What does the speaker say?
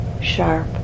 sharp